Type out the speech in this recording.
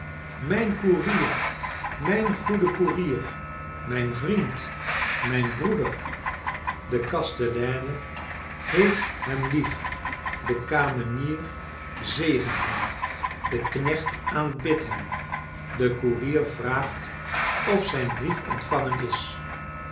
mijn koerier mijn goede koerier mijn vriend mijn broeder de kasteleines heeft hem lief de kamenier zegent hem de knecht aanbidt hem de koerier vraagt of zijn brief ontvangen is